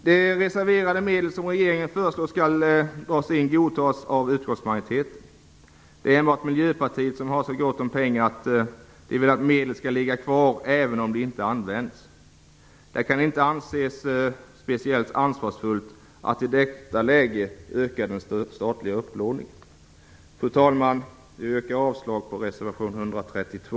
Utskottsmajoriteten godtar regeringens förslag om att en del reserverade medel dras in. Det är enbart Miljöpartiet som har så gott om pengar att man vill att medel skall ligga kvar även om de inte används. Det kan inte anses speciellt ansvarsfullt att i detta läge öka den statliga upplåningen. Fru talman! Jag yrkar avslag på reservation 132